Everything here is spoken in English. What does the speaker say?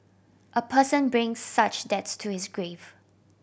a person brings such debts to his grave